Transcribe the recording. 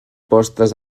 postes